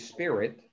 Spirit